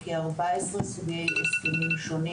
בכ-14 סוגי הסכמים שונים.